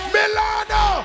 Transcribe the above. Milano